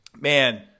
man